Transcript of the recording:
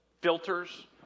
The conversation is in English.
filters